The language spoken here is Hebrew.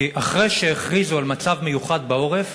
כי אחרי שהכריזו על מצב מיוחד בעורף,